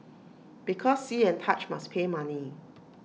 because see and touch must pay money